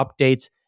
updates